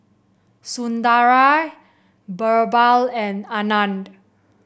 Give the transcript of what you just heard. Sundaraiah BirbaL and Anand